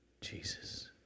Jesus